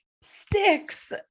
sticks